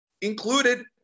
included